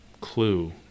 clue